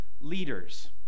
leaders